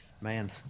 Man